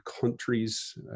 countries